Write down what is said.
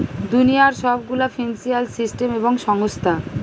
দুনিয়ার সব গুলা ফিন্সিয়াল সিস্টেম এবং সংস্থা